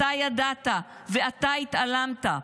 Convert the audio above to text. אתה ידעת ואתה התעלמת,